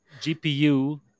GPU